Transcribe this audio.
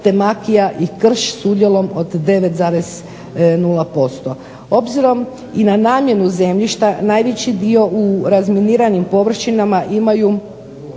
te makija i krš s udjelom od 9,0%. Obzirom i na namjenu zemljišta najveći dio u razminiranim površinama imaju